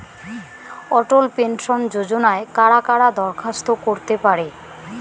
অটল pension যোজনায় কারা কারা দরখাস্ত করতে পারে?